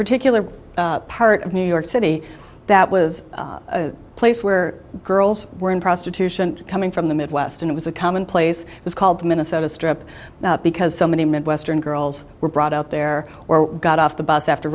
particular part of new york city that was a place where girls were in prostitution coming from the midwest and it was a common place it was called minnesota strip because so many midwestern girls were brought up there or got off the bus after